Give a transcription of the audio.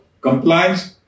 compliance